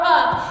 up